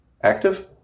active